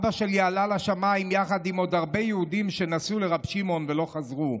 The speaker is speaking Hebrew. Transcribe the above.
אבא שלי עלה לשמיים יחד עם עוד הרבה יהודים שנסעו לרבי שמעון ולא חזרו.